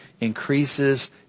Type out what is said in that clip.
increases